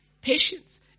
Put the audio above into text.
Patience